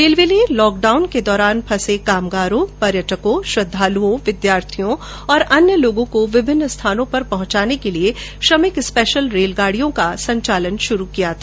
railway ने lockdown के दौरान फंसे कामगारों पर्यटकों श्रद्धालुओं विद्यार्थियों और अन्य लोगों को विभिन्न स्थानों पर पहुंचाने के लिए श्रमिक स्पेशल रेलगाड़ियों का परिचालन शुरू किया था